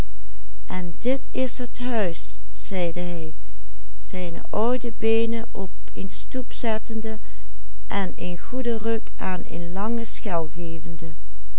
op een stoep zettende en een goeden ruk aan een lange schel gevende